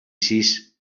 sis